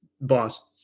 boss